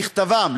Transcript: ככתבן,